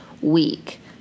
week